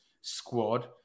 squad